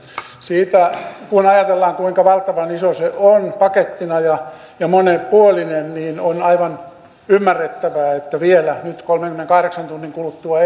kun ajatellaan kuinka valtavan iso se on pakettina ja monipuolinen niin on aivan ymmärrettävää että vielä nyt kolmenkymmenenkahdeksan tunnin kuluttua